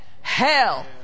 hell